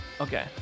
okay